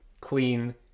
clean